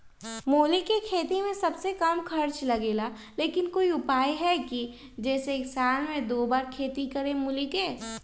मूली के खेती में सबसे कम खर्च लगेला लेकिन कोई उपाय है कि जेसे साल में दो बार खेती करी मूली के?